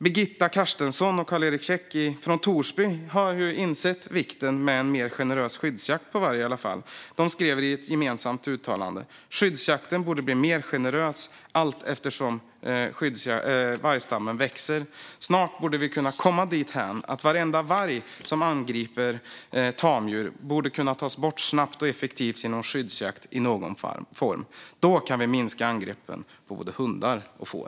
Birgitta Karstensson och Karl-Erik Keck från Torsby har insett vikten av en generös skyddsjakt på varg. De skriver i ett gemensamt uttalande: Skyddsjakten borde bli mer generös allteftersom vargstammen växer. Snart borde vi kunna komma dithän att varenda varg som angriper tamdjur tas bort snabbt och effektivt genom skyddsjakt i någon form. Då kan vi minska angreppen på både hundar och får.